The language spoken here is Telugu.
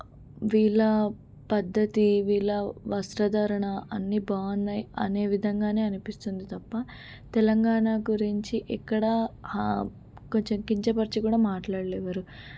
వీళ్ళ పద్ధతి వీళ్ళ వస్త్రధారణ అన్నీ బాగున్నాయి అనే విధంగానే అనిపిస్తుంది తప్ప తెలంగాణ గురించి ఇక్కడ కొంచెం కించపరిచి కూడా మాట్లాడరు ఎవ్వరు